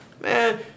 Man